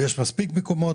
יש מספיק מקומות,